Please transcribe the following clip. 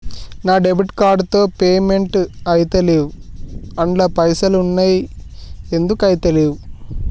నా debit card తో payment ఐతలేవ్ అండ్ల పైసల్ ఉన్నయి ఎందుకు ఐతలేవ్?